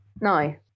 No